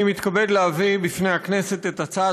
אני מתכבד להביא בפני הכנסת את הצעת